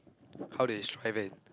how to describe Ben